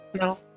No